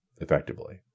effectively